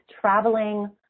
traveling